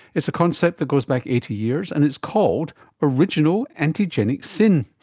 it's a concept that goes back eighty years, and it's called original antigenic sin.